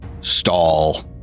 stall